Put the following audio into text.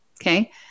okay